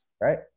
Right